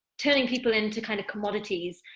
turning people into kind of commodities,